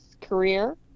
career